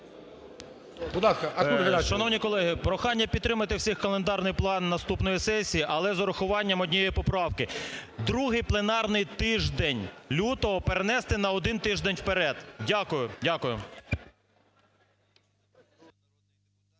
Шановні колеги, прохання підтримати всіх календарний план наступної сесії, але з урахуванням однієї поправки. Другий пленарний тиждень лютого перенести на один тиждень вперед. Дякую.